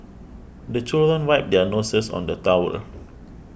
the children wipe their noses on the towel